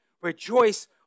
Rejoice